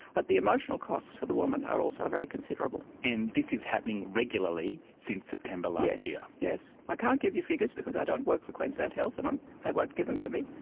but the emotional costs for the women are also very considerable. and this is happening regularly since september last year. yes. i can't give you figures because i don't work for queensland health and um they won't give them to me,